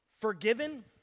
Forgiven